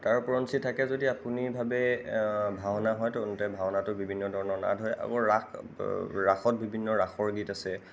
তাৰ উপৰঞ্চি থাকে যদি আপুনি ভাৱে ভাওনা হয় তেন্তে ভাওনাতো বিভিন্ন ধৰণৰ নাট হয় আৰু ৰাস ৰাসত বিভিন্ন ৰাসৰ গীত আছে